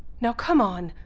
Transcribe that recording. now come on,